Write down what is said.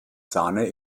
sahne